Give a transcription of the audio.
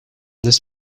this